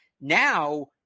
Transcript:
Now